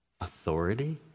Authority